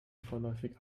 vorläufig